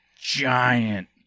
giant